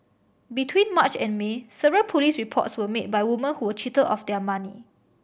between March and May several police reports were made by women who were cheated of their money